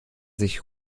sich